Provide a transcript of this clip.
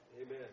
Amen